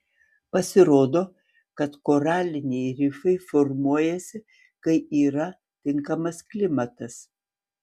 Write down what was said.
pasirodo kad koraliniai rifai formuojasi kai yra tinkamas klimatas